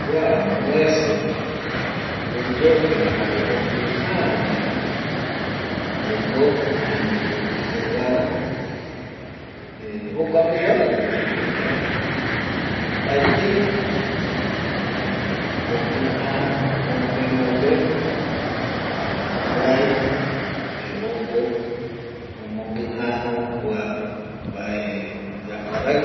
Kua nuece oyoka jare opija vaera jaeko oime jokua peguara eh jokua peguarai ou jokua mbae opaetei eh opijaa omopemope jare jukurai ojo omopijaja kua mbae iyapoa rai